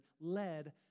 led